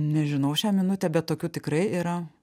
nežinau šią minutę bet tokių tikrai yra